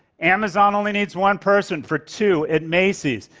amazon only needs one person for two at macy's.